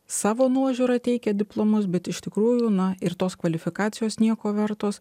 savo nuožiūra teikia diplomus bet iš tikrųjų na ir tos kvalifikacijos nieko vertos